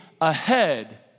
ahead